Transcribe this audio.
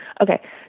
Okay